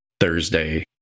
Thursday